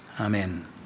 Amen